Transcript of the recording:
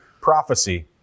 prophecy